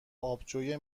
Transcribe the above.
آبجوی